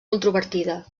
controvertida